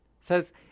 says